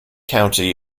county